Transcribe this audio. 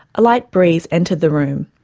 a light breeze entered the room,